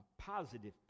Positive